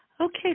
Okay